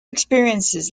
experiences